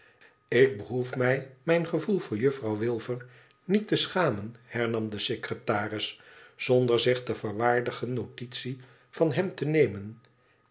lik behoef mij mijn gevoel voor juffrouw wilfer niet te schamen hernam de secretaris zonder zich te verwaardigen notitie van hem te nemen